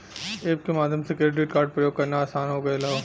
app के माध्यम से क्रेडिट कार्ड प्रयोग करना आसान हो गयल हौ